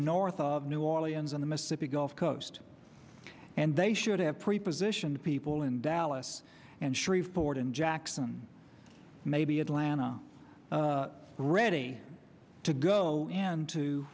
north of new orleans on the mississippi gulf coast and they should have prepositioned people in dallas and shreveport in jackson maybe atlanta ready to go